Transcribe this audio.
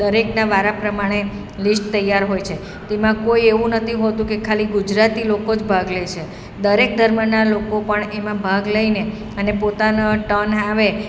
દરેકના વારા પ્રમાણે લિસ્ટ તૈયાર હોય છે તેમાં કોઈ એવું નથી હોતું કે ખાલી ગુજરાતી લોકો જ ભાગ લે છે દરેક ધર્મના લોકો પણ એમાં ભાગ લઈને અને પોતાના ટર્ન આવે